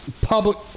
public